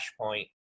Flashpoint